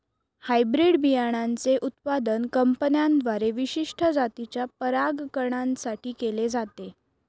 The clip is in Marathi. हायब्रीड बियाणांचे उत्पादन कंपन्यांद्वारे विशिष्ट जातीच्या परागकणां साठी केले जाते